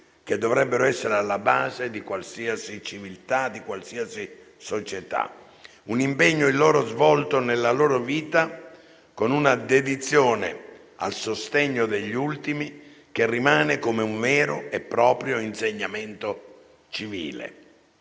che dovrebbero essere alla base di qualsiasi civiltà e di qualsiasi società. Un impegno, il loro, svolto nella loro vita con una dedizione al sostegno degli ultimi, che rimane un vero e proprio insegnamento civile.